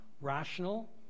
rational